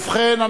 ובכן,